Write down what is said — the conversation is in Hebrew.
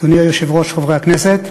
אדוני היושב-ראש, חברי הכנסת,